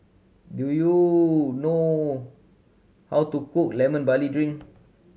do you know how to cook Lemon Barley Drink